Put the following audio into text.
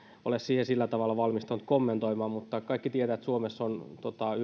ole siihen sillä tavalla valmistautunut kommentoimaan mutta kaikki tietävät että suomessa on